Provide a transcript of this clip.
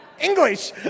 English